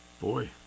Boy